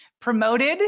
promoted